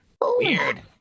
Weird